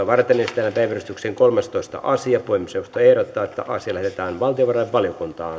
varten esitellään päiväjärjestyksen kolmastoista asia puhemiesneuvosto ehdottaa että asia lähetetään valtiovarainvaliokuntaan